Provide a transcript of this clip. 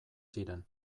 ziren